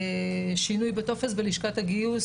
הטופס בלשכת הגיוס